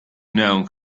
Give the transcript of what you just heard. known